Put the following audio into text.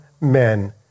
men